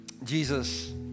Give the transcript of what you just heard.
Jesus